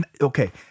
okay